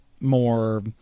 more